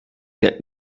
that